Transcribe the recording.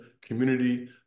community